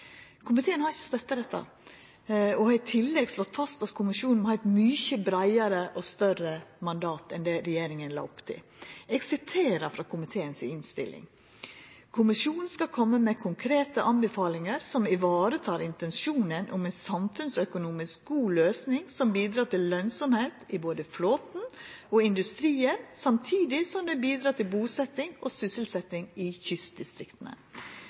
Komiteen har ikkje støtta dette og har i tillegg slått fast at kommisjonen må ha eit mykje breiare og større mandat enn det regjeringa la opp til. Eg siterer frå komiteens innstilling: «Kommisjonen skal komme med konkrete anbefalinger som ivaretar intensjonen om en samfunnsøkonomisk god løsning som bidrar til lønnsomhet i både flåten og industrien, samtidig som den bidrar til bosetting og sysselsetting i kystdistriktene.»